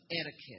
etiquette